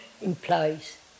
implies